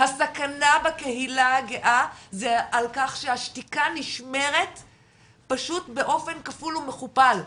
הסכנה בקהילה הגאה זה על כך שהשתיקה נשמרת פשוט באופן כפול ומכופל,